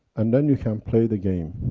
and then you can play the game,